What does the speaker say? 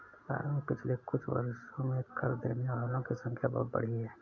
भारत में पिछले कुछ वर्षों में कर देने वालों की संख्या बहुत बढ़ी है